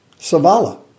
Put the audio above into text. Savala